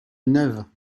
neuve